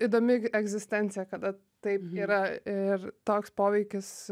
įdomi egzistencija kada taip yra ir toks poveikis